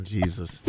Jesus